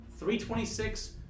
326